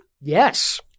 Yes